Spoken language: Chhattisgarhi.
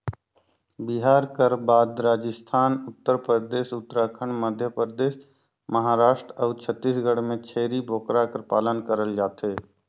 बिहार कर बाद राजिस्थान, उत्तर परदेस, उत्तराखंड, मध्यपरदेस, महारास्ट अउ छत्तीसगढ़ में छेरी बोकरा कर पालन करल जाथे